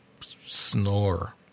snore